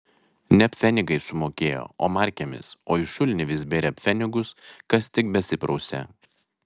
ne pfenigais sumokėjo o markėmis o į šulinį vis bėrė pfenigus kas tik besiprausė